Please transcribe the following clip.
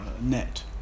net